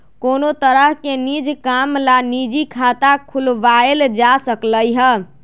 कोनो तरह के निज काम ला निजी खाता खुलवाएल जा सकलई ह